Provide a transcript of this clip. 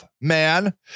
man